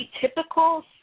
typical